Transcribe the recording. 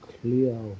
clear